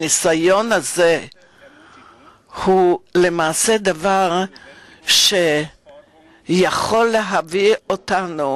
הניסיון הזה הוא למעשה דבר שיכול להביא אותנו